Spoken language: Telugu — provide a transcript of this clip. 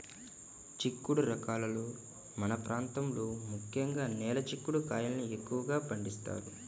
చిక్కుడు రకాలలో మన ప్రాంతంలో ముఖ్యంగా నేల చిక్కుడు కాయల్ని ఎక్కువగా పండిస్తారు